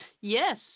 Yes